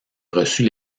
reçut